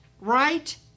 right